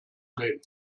drehen